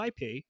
IP